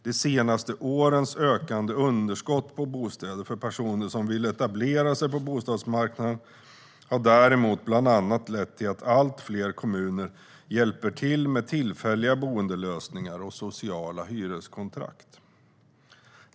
De senaste årens ökande underskott på bostäder för personer som vill etablera sig på bostadsmarknaden har däremot bland annat lett till att allt fler kommuner hjälper till med tillfälliga boendelösningar och sociala hyreskontrakt.